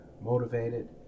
motivated